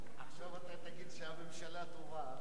עכשיו אתה תגיד שהממשלה טובה.